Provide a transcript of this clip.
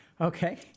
okay